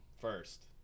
first